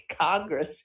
Congress